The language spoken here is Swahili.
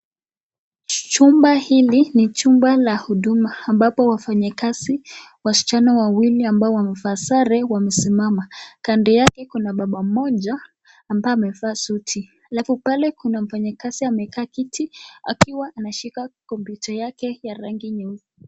Jumba hili ni jumba la huduma ambapo wafanyikazi, wasichana wawili ambao wamevaa sare wamesimama. Kando yake kuna baba mmoja ambaye amevaa suti. Alafu pale kuna mfanyikazi amekaa kiti akiwa anashika kompyuta yake ya rangi nyeupe.